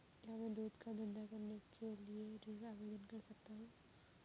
क्या मैं दूध का धंधा करने के लिए ऋण आवेदन कर सकता हूँ?